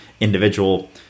individual